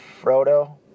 Frodo